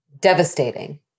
devastating